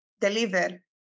deliver